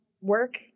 work